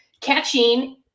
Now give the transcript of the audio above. catching